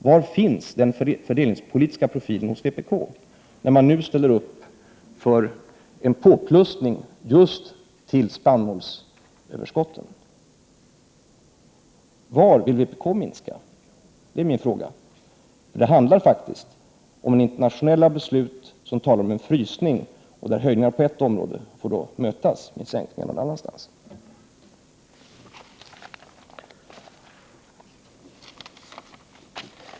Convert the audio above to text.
Var finns den fördelningspolitiska profilen hos vpk, när man nu ställer sig bakom en påplussning just till spannmålsöverskotten? Min fråga är: På vad vill man minska? Detta handlar faktiskt om internationella beslut om en frysning. Höjningar på ett område får då mötas med sänkningar på ett annat.